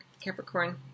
Capricorn